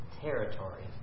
territory